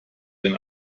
den